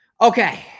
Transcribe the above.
Okay